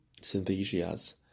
Synthesia's